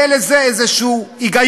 יהיה לזה איזה היגיון.